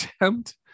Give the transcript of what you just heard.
attempt